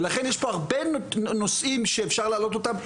ולכן יש פה הרבה נושאים שאפשר להעלות אותם,